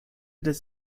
das